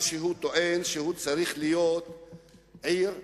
מה שהוא טוען הוא שהוא צריך להיות עיר לחרדים,